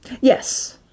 Yes